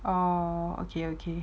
oh okay okay